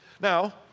Now